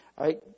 right